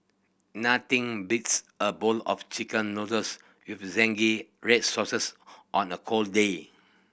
nothing beats a bowl of Chicken Noodles with zingy red sauces on a cold day